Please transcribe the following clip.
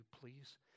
please